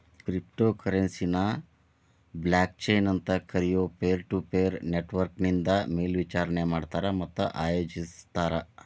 crypto ಕರೆನ್ಸಿನ blockchain ಅಂತ್ ಕರಿಯೊ ಪೇರ್ಟುಪೇರ್ ನೆಟ್ವರ್ಕ್ನಿಂದ ಮೇಲ್ವಿಚಾರಣಿ ಮಾಡ್ತಾರ ಮತ್ತ ಆಯೋಜಿಸ್ತಾರ